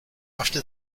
after